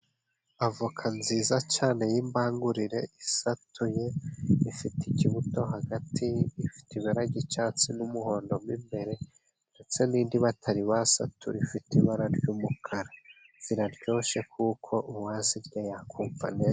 Avoka nziza cyane y'imbangurire, isatuye, ifite ikibuto hagati, ifite ibara ry'icyatsi n'umuhondo mo imbere, ndetse n'indi batari basatura ifite ibara ry'umukara, ziraryoshye kuko uwazirya yakumva anezerewe.